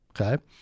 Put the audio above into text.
okay